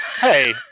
Hey